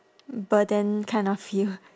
burden kind of feel